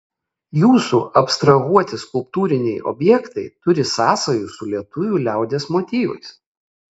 jūsų abstrahuoti skulptūriniai objektai turi sąsajų su lietuvių liaudies motyvais